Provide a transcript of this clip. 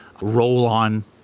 roll-on